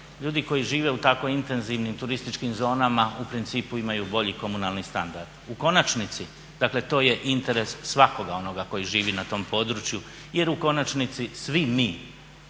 ljudi koji žive u tako intenzivnim turističkim zonama u principu imaju bolji komunalni standard. U konačnici, to je interes svakoga onoga koji živi na tom području jer u konačnici svi mi